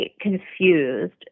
confused